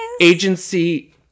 Agency